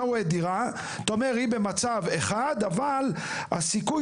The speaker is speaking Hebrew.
אתה רואה דירה שהיא במצב 1 אבל הסיכוי